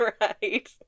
Right